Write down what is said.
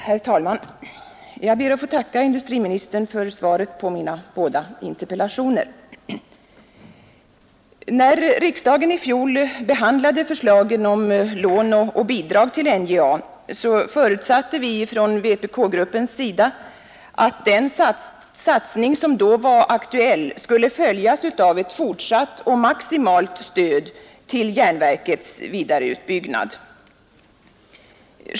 Herr talman! Jag ber att få tacka industriministern för svaret på mina båda interpellationer. När riksdagen i fjol behandlade förslagen om lån och bidrag till NJA förutsatte vi från vpk-gruppens sida att den satsning som då var aktuell skulle följas av ett fortsatt och maximalt stöd till järnverkets vidareutbyggnad.